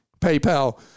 PayPal